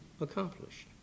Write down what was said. accomplished